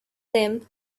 them